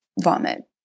vomit